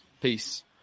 Peace